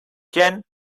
chan